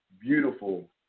beautiful